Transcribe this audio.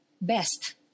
Best